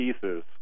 pieces